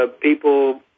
people